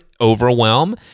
overwhelm